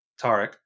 Tarek